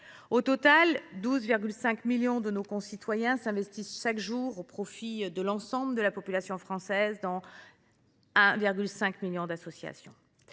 Au total, quelque 12,5 millions de nos concitoyens s’investissent chaque jour au profit de l’ensemble de la population française dans 1,5 million d’associations.